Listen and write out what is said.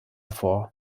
vor